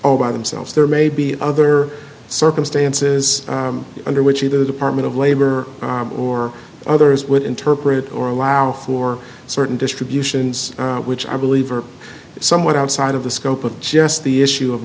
all by themselves there may be other circumstances under which either the department of labor or others would interpret or allow for certain distributions which i believe are somewhat outside of the scope of just the issue of